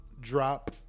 drop